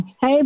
Hey